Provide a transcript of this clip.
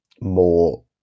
more